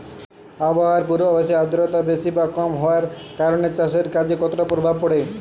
আবহাওয়ার পূর্বাভাসে আর্দ্রতা বেশি বা কম হওয়ার কারণে চাষের কাজে কতটা প্রভাব পড়ে?